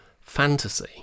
fantasy